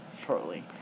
shortly